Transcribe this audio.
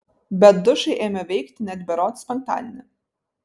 bet dušai ėmė veikti net berods penktadienį